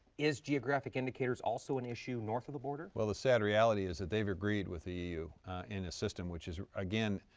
is geographic indicators also an issue north of the border? vilsack well, the sad reality is that they have agreed with the eu in a system which is, again,